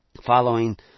following